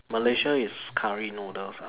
Malaysia is curry noodles ah